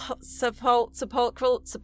sepulchral